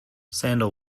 sandel